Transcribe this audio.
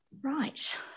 Right